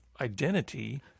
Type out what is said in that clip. identity